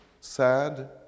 sad